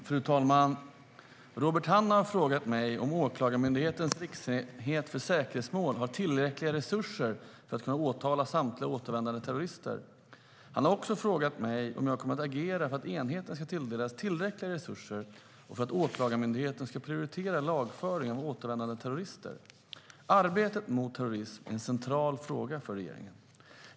Fru talman! Robert Hannah har frågat mig om Åklagarmyndighetens riksenhet för säkerhetsmål har tillräckliga resurser för att kunna åtala samtliga återvändande terrorister. Han har också frågat mig om jag kommer att agera för att enheten ska tilldelas tillräckliga resurser och för att Åklagarmyndigheten ska prioritera lagföring av återvändande terrorister. Arbetet mot terrorism är en central fråga för regeringen.